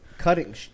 cutting